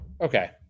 Okay